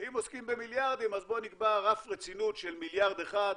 ואם עוסקים במיליארדים אז בוא נקבע רף רצינות של מיליארד אחד,